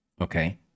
okay